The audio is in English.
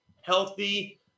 healthy